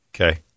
Okay